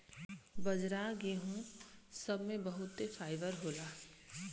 बाजरा गेहूं सब मे बहुते फाइबर होला